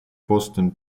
boston